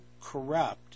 corrupt